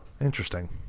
Interesting